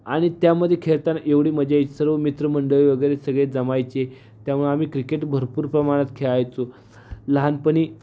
आणि त्यामध्ये खेळताना एवढी मजा ये सर्व मित्रमंडळ वगैरे सगळे जमायचे त्यामुळे आम्ही क्रिकेट भरपूर प्रमाणात खेळायचो लहानपणी